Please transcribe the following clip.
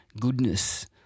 goodness